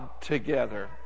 together